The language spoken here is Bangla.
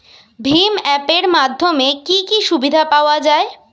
ভিম অ্যাপ এর মাধ্যমে কি কি সুবিধা পাওয়া যায়?